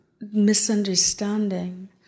misunderstanding